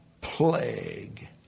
plague